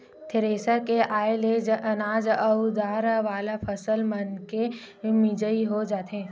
thresher के आये ले अनाज अउ दार वाला फसल मनके मिजई हो जाथे